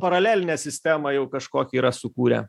paralelinę sistemą jau kažkokią yra sukūrę